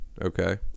okay